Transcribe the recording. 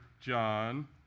John